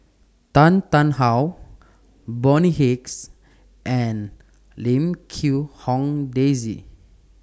Tan Tarn How Bonny Hicks and Lim Quee Hong Daisy